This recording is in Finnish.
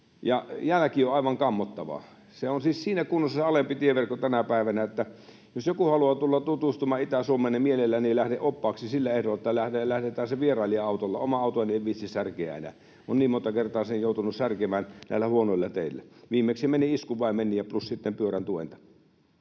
ja jälki on aivan kammottavaa. Se alempi tieverkko on siis siinä kunnossa tänä päivänä, että jos joku haluaa tulla tutustumaan Itä-Suomeen, niin mielelläni lähden oppaaksi sillä ehdolla, että lähdetään sen vierailijan autolla. Omaa autoani en viitsi särkeä enää. Olen niin monta kertaa sen joutunut särkemään näillä huonoilla teillä. Viimeksi meni iskunvaimennin plus pyörän tuenta.